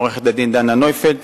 עורכת-הדין דנה נויפלד,